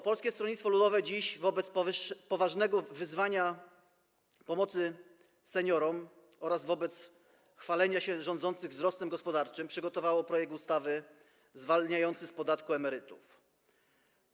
Polskie Stronnictwo Ludowe wobec poważnego wyzwania pomocy seniorom oraz wobec chwalenia się rządzących wzrostem gospodarczym przygotowało projekt ustawy zwalniający emerytów z podatku.